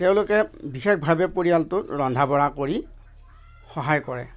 তেওঁলোকে বিশেষভাৱে পৰিয়ালটো ৰন্ধা বঢ়া কৰি সহায় কৰে